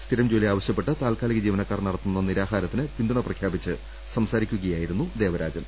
സ്ഥിരം ജോലി ആവശ്യ പ്പെട്ട് താൽക്കാലിക ജീവനക്കാർ നടത്തുന്ന നിരാഹാരത്തിന് പിന്തുണ പ്രഖ്യാ പിച്ച് സംസാരിക്കുകയായിരുന്നു ദേവരാജൻ